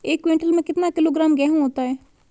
एक क्विंटल में कितना किलोग्राम गेहूँ होता है?